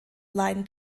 line